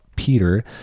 Peter